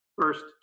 first